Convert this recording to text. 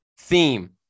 theme